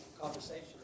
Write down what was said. conversation